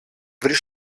βρει